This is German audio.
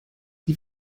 die